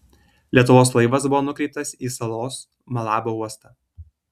lietuvos laivas buvo nukreiptas į salos malabo uostą